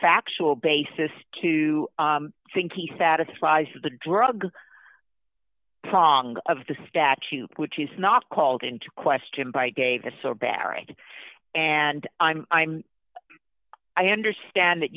factual basis to think he satisfies the drug song of the statute which is not called into question by davis or barry and i'm i'm i understand that